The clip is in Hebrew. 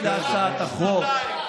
אתה מושחת.